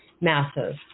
massive